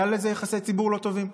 היו לזה יחסי ציבור לא טובים.